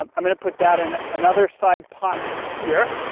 um i'm gonna put that in another side pocket here.